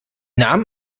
nahm